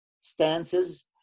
stances